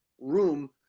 room